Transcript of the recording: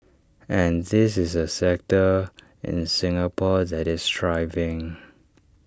and this is A sector in Singapore that is thriving